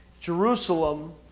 Jerusalem